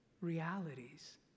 realities